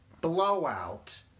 blowout